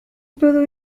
puedo